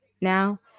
now